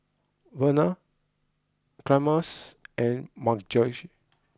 Verner Chalmers and Margy